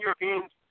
Europeans